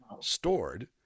stored